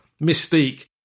Mystique